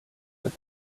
path